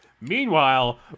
Meanwhile